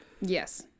Yes